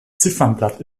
ziffernblatt